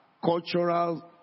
cultural